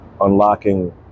unlocking